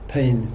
Pain